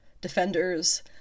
Defenders